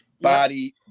body